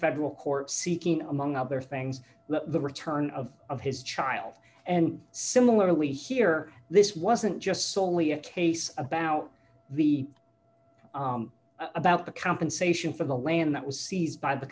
federal court seeking among other things the return of his child and similarly here this wasn't just solely a case about the about the compensation for the land that was seized by the